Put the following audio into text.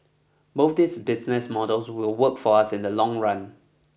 both these business models will work for us in the long run